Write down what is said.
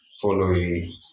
following